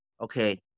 okay